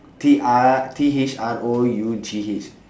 T R T H R O U G H